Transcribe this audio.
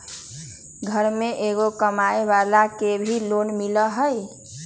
घर में एगो कमानेवाला के भी लोन मिलहई?